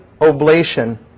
oblation